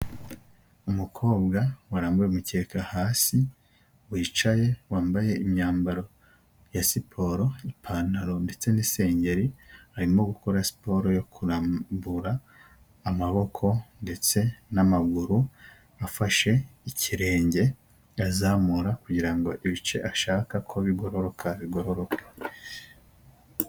Umukobwa warambuye umukeka hasi wicaye wambaye imyambaro ya siporo ipantaro ndetse n'isengeri, arimo gukora siporo yo kurambura amaboko ndetse n'amaguru afashe ikirenge azamura, kugirango ibice ashaka ko bigororoka bigaroroka.